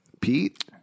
Pete